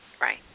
Right